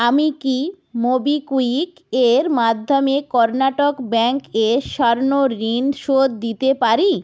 আমি কি মোবিকুইক এর মাধ্যমে কর্ণাটক ব্যাংক এ স্বর্ণ ঋণ শোধ দিতে পারি